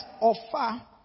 offer